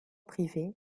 privée